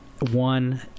one